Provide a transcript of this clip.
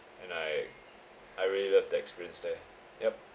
and I I really love the experience there yup